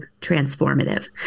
transformative